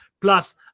plus